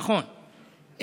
נכון,